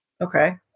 Okay